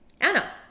Anna